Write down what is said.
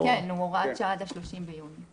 כן, הוא הוראת שעה עד ה-30 ביוני.